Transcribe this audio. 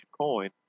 coin